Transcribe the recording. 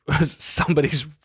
somebody's